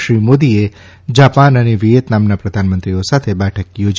શ્રી મોદીએ જાપાન અને વિચેતનામના પ્રધાનમંત્રીઓ સાથે બેઠક થોજી